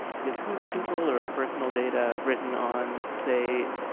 because who's the controller of personal data written on say